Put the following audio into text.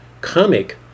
comic